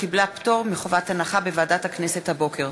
הצעת החוק קיבלה פטור מחובת הנחה בוועדת הכנסת הבוקר.